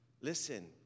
Listen